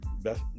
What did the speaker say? best